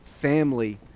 family